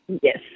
Yes